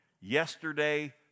yesterday